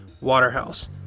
Waterhouse